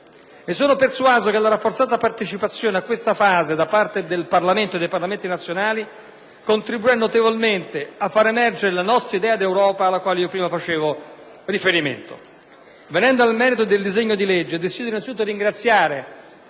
Sono persuaso che la rafforzata partecipazione a questa fase da parte del Parlamento italiano e dei Parlamenti nazionali contribuirà notevolmente a fare emergere la nostra idea di Europa, alla quale facevo prima riferimento. Venendo al merito del disegno di legge, desidero innanzitutto ringraziare